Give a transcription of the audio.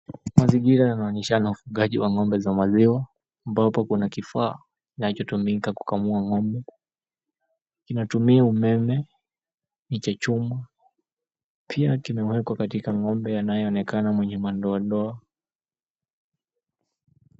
Mazingira yanaonyeshana ufugaji wa ng'ombe za maziwa ambapo kuna kifaa kinachotumika kukamua ng'ombe. Kinatumia umeme, ni cha chuma, pia kimewekwa katika ng'ombe anayeonekana mwenye madoadoa.